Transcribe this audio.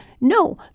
No